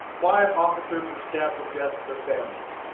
five officers were stabbed to death with their families.